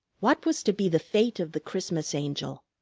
what was to be the fate of the christmas angel?